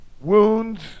wounds